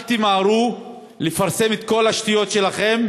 אל תמהרו לפרסם את כל השטויות שלכם